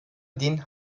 din